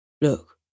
look